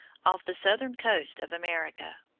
off the southern coast of america.